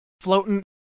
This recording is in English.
floating